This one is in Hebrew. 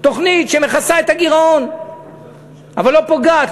תוכנית שמכסה את הגירעון אבל לא פוגעת,